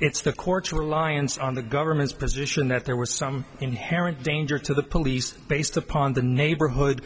it's the court's reliance on the government's position that there was some inherent danger to the police based upon the neighborhood